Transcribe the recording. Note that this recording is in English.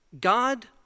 God